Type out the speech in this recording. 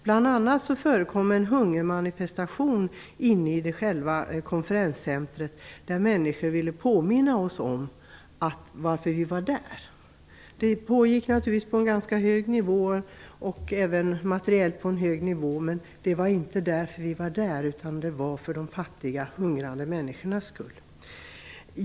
Bl.a. förekom en hungermanifestation inne i själva konferenscentret, där människor ville påminna oss om anledningen till att vi var där. Mötet hölls naturligtvis på en hög nivå och även materiellt. Men det var inte anledningen till att vi var där, utan det var de fattiga och hungrande människorna.